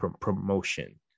promotion